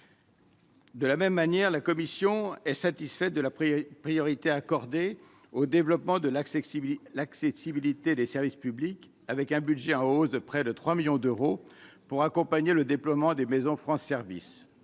De la même manière, la commission est satisfaite de la première priorité accordée au développement de l'accessibilité, l'accessibilité des services publics, avec un budget en hausse de près de 3 millions d'euros pour accompagner le déploiement des Maisons France service